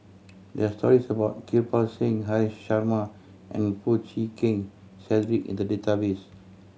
there are stories about Kirpal Singh Haresh Sharma and Foo Chee Keng Cedric in the database